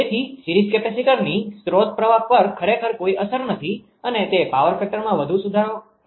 તેથી સિરીઝ કેપેસિટરની સ્રોત પ્રવાહ પર ખરેખર કોઈ અસર નથી અને તે પાવર ફેક્ટરમાં વધુ સુધારો કરતો નથી